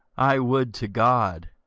i would to god,